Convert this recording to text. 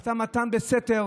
אתה מתן בסתר